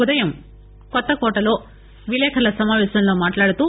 ఉదయం కొత్తకోటలో విలేకరుల సమావేశంలో మాట్లాడుతూ